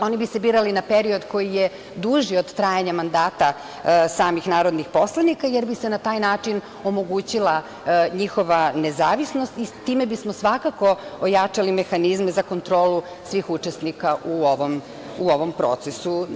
Oni bi se birali na period koji je duži od trajanja mandata samih narodnih poslanika, jer bi se na taj način omogućila njihova nezavisnost i time bismo svakako ojačali mehanizme za kontrolu svih učesnika u ovom procesu.